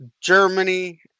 Germany